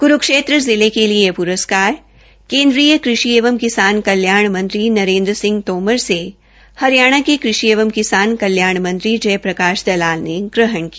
कुरुक्षेत्र जिला के लिए यह प्रस्कार केंद्रीय कृषि एवं किसान कल्याण मंत्री श्री नरेंद्र सिंह तोमर से हरियाणा के कृषि एवं किसान कल्याण मंत्री श्री जयप्रकाश दलाल ने ग्रहण किया